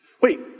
Wait